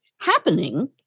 happening